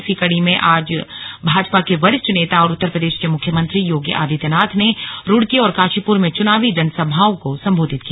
इसी कड़ी में आज भाजपा के वरिष्ठ नेता और उत्तर प्रदेश के मुख्यमंत्री योगी आदित्यनाथ ने रुड़की और काशीपुर में चुनावी जनसभाओं को संबोधित किया